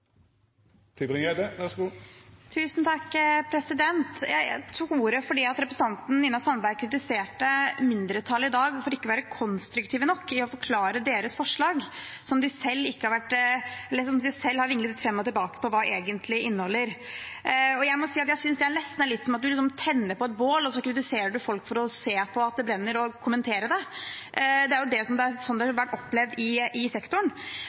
Jeg tok ordet fordi representanten Nina Sandberg kritiserte mindretallet i dag for ikke å være konstruktive nok i å forklare forslaget som de selv har vinglet fram og tilbake på hva egentlig inneholder. Jeg må si at jeg synes nesten det er som å tenne på et bål, og så kritiserer man folk for å se på at det brenner og for å kommentere det. Det er slik det har vært opplevd i sektoren. Men la oss heve debatten lite grann og se på denne faktoren: relevant arbeid etter endt utdanning, som